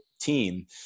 team